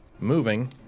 moving